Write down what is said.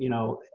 you know,